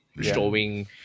showing